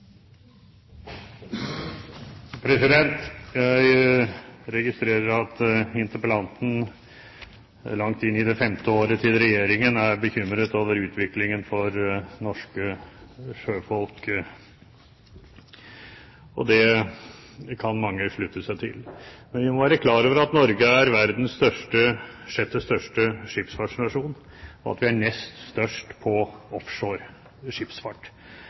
Jeg registrerer at interpellanten langt inn i det femte året til Regjeringen er bekymret over utviklingen for norske sjøfolk, og det kan mange slutte seg til. Vi må være klar over at Norge er verdens sjette største skipsfartsnasjon, og at vi er nest størst på offshore skipsfart.